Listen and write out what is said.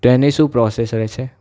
તો એની શું પ્રોસેસ રહેશે